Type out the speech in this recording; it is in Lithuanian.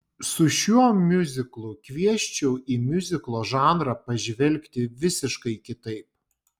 su šiuo miuziklu kviesčiau į miuziklo žanrą pažvelgti visiškai kitaip